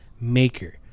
maker